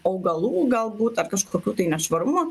augalų galbūt ar kažkokių tai nešvarumų